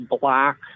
black